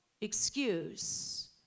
excuse